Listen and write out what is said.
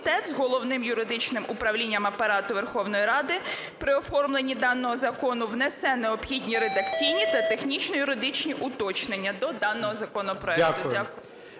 Дякую.